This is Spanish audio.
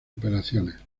operaciones